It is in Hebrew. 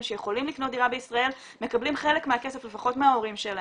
שיכולים לקנות דירה בישראל מקבלים חלק מהכסף לפחות מההורים שלהם.